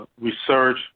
research